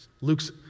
Luke's